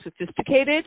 sophisticated